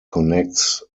connects